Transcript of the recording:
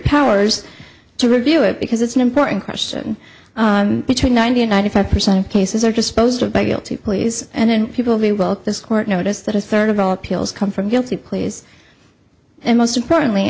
powers to review it because it's an important question between ninety and ninety five percent of cases are disposed of by guilty pleas and people be well this court notice that a third of all appeals come from guilty pleas and most importantly